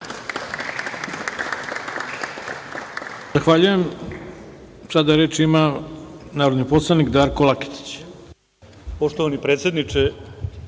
Hvala.